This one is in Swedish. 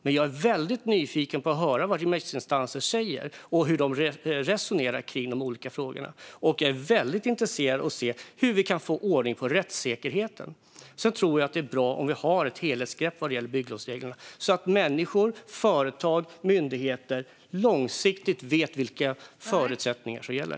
Men jag är väldigt nyfiken på att höra vad remissinstanser säger och hur de resonerar kring de olika frågorna. Jag är också väldigt intresserad av att se hur vi kan få ordning på rättssäkerheten. Sedan tror jag att det är bra om vi har ett helhetsgrepp vad gäller bygglovsreglerna, så att människor, företag och myndigheter långsiktigt vet vilka förutsättningar som gäller.